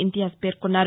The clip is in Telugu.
ఇంతియాజ్ పేర్కొన్నారు